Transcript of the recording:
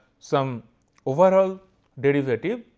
some overall derivative,